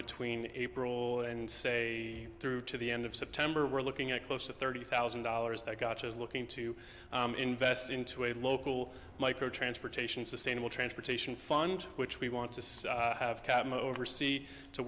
between april and say through to the end of september we're looking at close to thirty thousand dollars that gotch as looking to invest into a local micro transportation sustainable transportation fund which we want to have catman oversea to